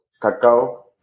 Cacao